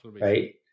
right